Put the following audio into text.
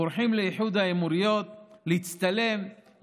בורחים לאיחוד האמירויות להצטלם,